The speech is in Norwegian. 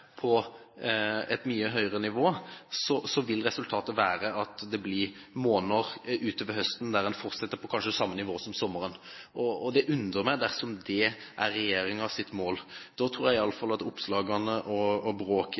på et mye høyere nivå, vil resultatet bli at det er måneder utover høsten der man fortsetter på kanskje nivå som om sommeren. Det undrer meg dersom det er regjeringens mål. Da tror jeg i alle fall at oppslagene og bråket